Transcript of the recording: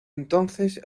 entonces